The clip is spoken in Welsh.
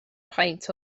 peint